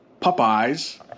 Popeyes